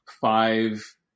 five